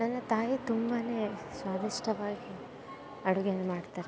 ನನ್ನ ತಾಯಿ ತುಂಬ ಸ್ವಾದಿಷ್ಟವಾಗಿ ಅಡುಗೆಯನ್ನು ಮಾಡ್ತಾರೆ